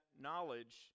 knowledge